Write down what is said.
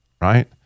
right